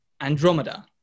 Andromeda